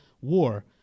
war